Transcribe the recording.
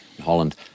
Holland